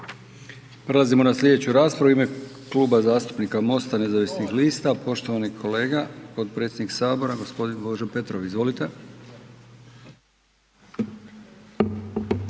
Prelazimo na sljedeću raspravu u ime Kluba zastupnika MOST-a nezavisnih lista, poštovani kolega, potpredsjednik Sabora, gospodin Božo Petrov.